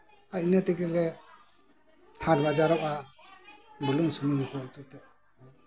ᱤᱱᱟᱹ ᱛᱮᱜᱮᱞᱮ ᱦᱟᱴ ᱵᱟᱡᱟᱨᱚᱜᱼᱟ ᱵᱩᱞᱩᱝ ᱥᱩᱱᱩᱢᱚᱜᱼᱟ